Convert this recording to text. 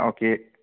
okay